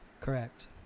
Correct